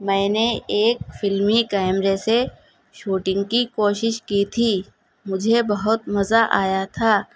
میں نے ایک فلمی کیمرے سے شوٹنگ کی کوشش کی تھی مجھے بہت مزہ آیا تھا